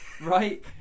right